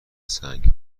سنگ